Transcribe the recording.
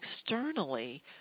externally